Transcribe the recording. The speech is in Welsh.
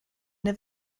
neu